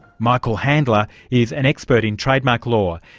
michael handler is an expert in trademark law.